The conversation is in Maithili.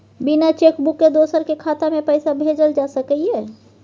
बिना चेक बुक के दोसर के खाता में पैसा भेजल जा सकै ये?